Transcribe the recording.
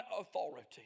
authority